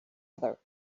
other